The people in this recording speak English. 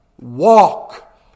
walk